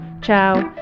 Ciao